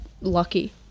lucky